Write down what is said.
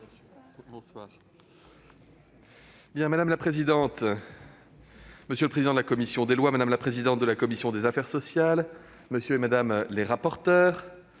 Madame la présidente, monsieur le président de la commission des lois, madame la présidente de la commission des affaires sociales, madame, monsieur les rapporteurs,